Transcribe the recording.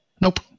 nope